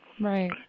Right